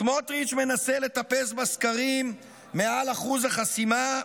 סמוטריץ' מנסה לטפס בסקרים מעל אחוז החסימה,